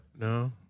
no